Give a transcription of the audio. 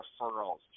referrals